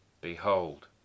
Behold